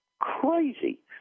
crazy